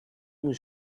was